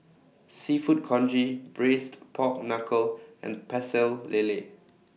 Seafood Congee Braised Pork Knuckle and Pecel Lele